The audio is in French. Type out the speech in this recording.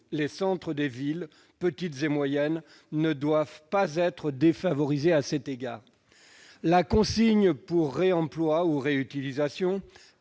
les centres des villes, petites et moyennes, ne doivent pas être défavorisés à cet égard. La consigne pour réemploi ou réutilisation